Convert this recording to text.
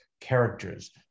characters